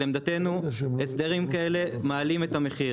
לעמדתנו הסדרים כאלה מעלים את המחיר,